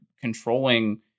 controlling